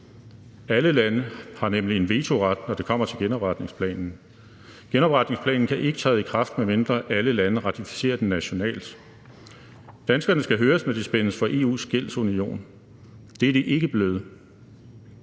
Alle lande har nemlig en vetoret, når det kommer til genopretningsplanen. Genopretningsplanen kan ikke træde i kraft, medmindre alle lande ratificerer den nationalt. Danskerne skal høres, når de spændes for EU's gældsunion. Det er de ikke blevet.